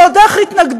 ועוד איך התנגדו,